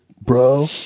bro